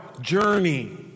journey